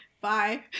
Bye